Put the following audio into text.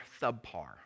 subpar